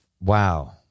Wow